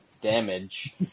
damage